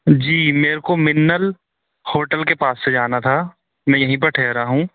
जी मेरेको मिन्नल होटल के पास से जाना था मैं यही पर ठहरा हूँ